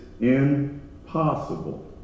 impossible